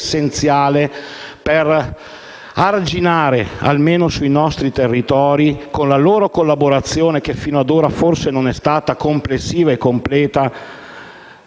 per arginare, almeno sui nostri territori, con la loro collaborazione (che fino ad ora forse non è stata complessiva e completa),